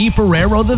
Ferrero